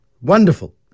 Wonderful